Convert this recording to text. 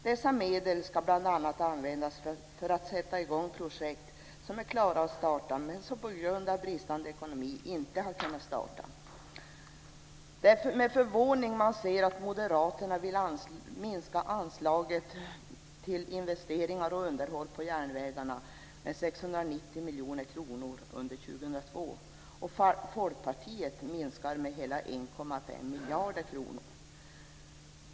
Dessa medel ska bl.a. användas för att sätta i gång projekt som är klara att startas, men som på grund av bristande ekonomi inte har kunnat starta. Det är med förvåning man ser att moderaterna vill minska anslaget för investeringar och underhåll av järnvägarna med 690 miljoner kronor under 2002. Folkpartiet minskar med hela 1,5 miljarder kronor.